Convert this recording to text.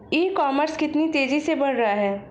ई commerce कितनी तेजी से बढ़ रहा है?